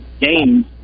games